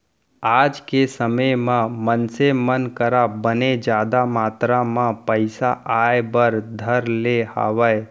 आज के समे म मनसे मन करा बने जादा मातरा म पइसा आय बर धर ले हावय